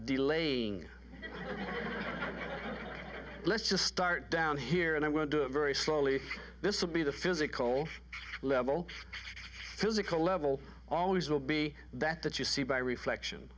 delaying let's just start down here and i won't do it very slowly this will be the physical level physical level always will be that that you see by reflection